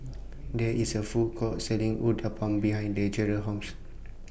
There IS A Food Court Selling Uthapam behind Deralyn's House